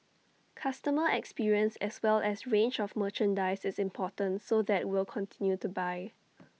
customer experience as well as range of merchandise is important so that will continue to buy